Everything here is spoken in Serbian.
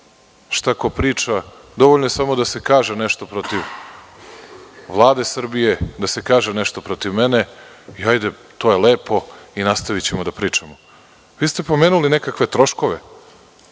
šta ko priča. Dovoljno je samo da se kaže nešto protiv Vlade Srbije, da se kaže nešto protiv mene i hajde, to je lepo i nastavićemo da pričamo. Vi ste pomenuli nekakve troškove,